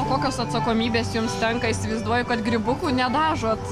kokios atsakomybės jums tenka įsivaizduoju kad grybukų nedažot